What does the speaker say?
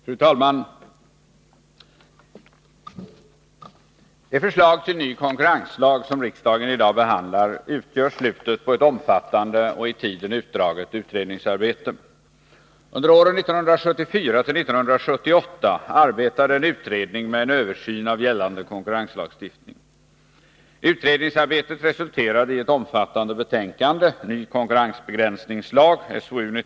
Fru talman! Det förslag till ny konkurrenslag som riksdagen i dag behandlar utgör slutet på ett omfattande och i tiden utdraget utredningsarbete. Under åren 1974-1978 arbetade en utredning med en översyn av gällande konkurrenslagstiftning. Utredningsarbetet resulterade i ett omfattande betänkande, Ny konkurrensbegränsningslag .